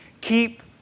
Keep